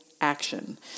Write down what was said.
action